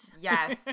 Yes